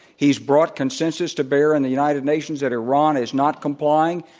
he's brought consensus to bear in the united nations that iran is not complying.